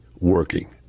working